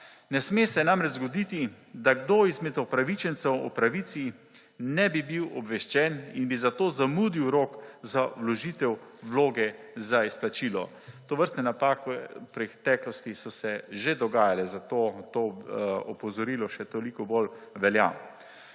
Ne sme se namreč zgoditi, da kdo izmed upravičencev o pravici ne bi bil obveščen in bi zato zamudil rok za vložitev vloge za izplačilo. Tovrstne napake so se v preteklosti že dogajale, zato to opozorilo še toliko bolj velja.